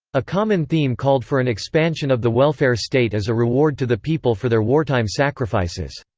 a common theme called for an expansion of the welfare state as a reward to the people for their wartime sacrifices.